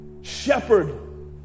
shepherd